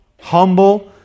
humble